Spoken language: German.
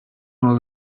nur